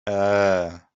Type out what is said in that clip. eee